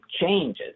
changes